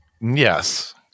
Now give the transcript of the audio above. Yes